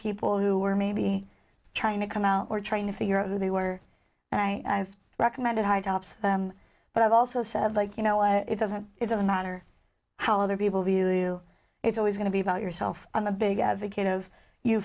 people who were maybe china come out or trying to figure out who they were and i recommended high tops but i've also said like you know what it doesn't it doesn't matter how other people view it's always going to be about yourself on the big advocate of you